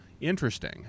interesting